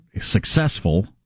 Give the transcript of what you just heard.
successful